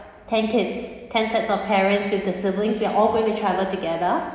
ten kids ten sets of parents with the siblings we're all going to travel together